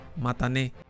Matane